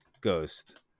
Ghost